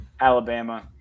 Alabama